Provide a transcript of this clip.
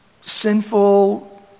sinful